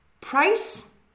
price